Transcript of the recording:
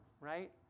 right